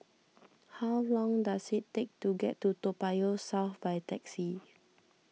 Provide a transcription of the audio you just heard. how long does it take to get to Toa Payoh South by taxi